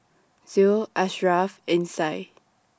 Zul Asharaff and Syah